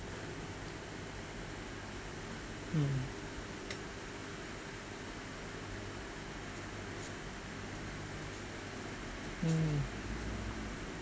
mm mm